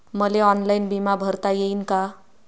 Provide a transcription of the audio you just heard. मले ऑनलाईन बिमा भरता येईन का?